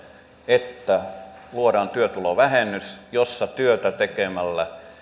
että luodaan työtulovähennys jossa työtä tekemällä